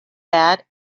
that